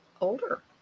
older